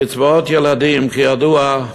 קצבאות ילדים, כידוע,